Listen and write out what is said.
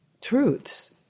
truths